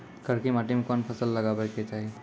करकी माटी मे कोन फ़सल लगाबै के चाही?